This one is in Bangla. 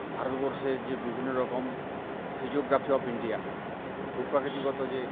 ভারতবর্ষের যে বিভিন্ন রকম ফিজিওগ্রাফি অফ ইন্ডিয়া ভূপ্রকৃতিগত যে